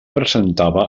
presentava